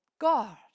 God